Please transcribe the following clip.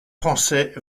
français